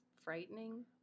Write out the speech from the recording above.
Frightening